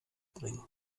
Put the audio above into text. bringen